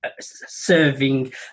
serving